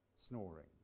snoring